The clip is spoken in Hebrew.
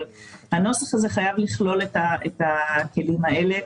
אבל הנוסח הזה חייב לכלול את הכלים האלה.